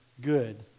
good